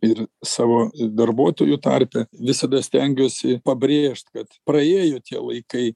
ir savo darbuotojų tarpe visada stengiuosi pabrėžt kad praėjo tie laikai